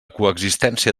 coexistència